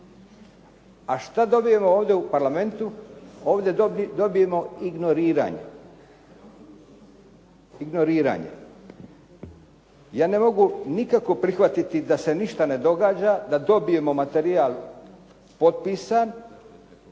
A šta dobijemo ovdje u Parlamentu? Ovdje dobijemo ignoriranje. Ja ne mogu nikako prihvatiti da se ništa ne događa, da dobijemo materijal potpisan,